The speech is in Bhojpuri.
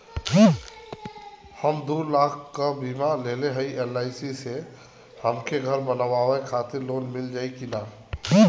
हम दूलाख क बीमा लेले हई एल.आई.सी से हमके घर बनवावे खातिर लोन मिल जाई कि ना?